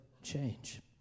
change